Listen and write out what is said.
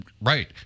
right